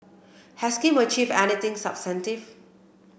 has Kim achieved anything substantive